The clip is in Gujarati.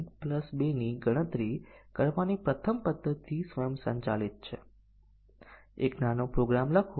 અને પછી આપણે ચકાસીએ છીએ કે જો આપણે A ને સાચું અને B સાચું રાખીએ તો આઉટપુટ સાચું છે